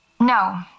No